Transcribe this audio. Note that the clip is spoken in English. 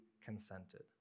consented